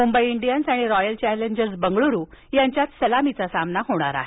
Mumbai Indians आणि Royal Challengers Bengaluru यांच्यात सलामीचा सामना होणार आहे